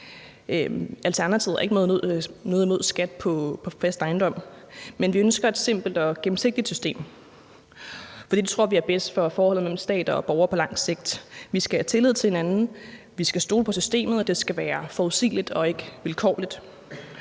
Alternativet har ikke noget imod skat på fast ejendom, men vi ønsker et simpelt og gennemsigtigt system, for det tror vi er bedst for forholdet mellem stat og borgere på lang sigt. Vi skal have tillid til hinanden. Vi skal stole på systemet, og det skal være forudsigeligt og ikke vilkårligt.